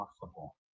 possible